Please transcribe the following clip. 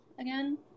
again